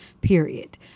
period